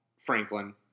Franklin